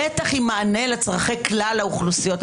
בטח עם מענה לצורכי כלל האוכלוסיות,